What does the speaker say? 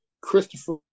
Christopher